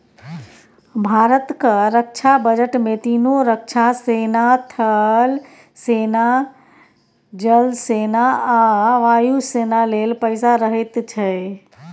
भारतक रक्षा बजट मे तीनों रक्षा सेना थल सेना, जल सेना आ वायु सेना लेल पैसा रहैत छै